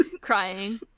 Crying